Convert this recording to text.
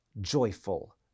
joyful